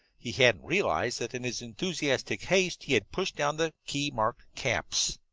he hadn't realized that in his enthusiastic haste he had pushed down the key marked caps.